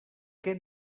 què